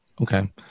Okay